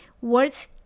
words